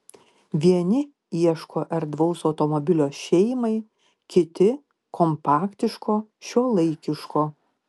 vieni ieško erdvaus automobilio šeimai kiti kompaktiško šiuolaikiško